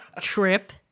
trip